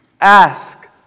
ask